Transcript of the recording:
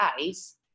eyes